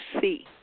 see